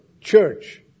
church